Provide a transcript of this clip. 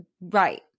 Right